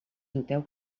noteu